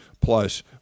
plus